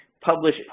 publish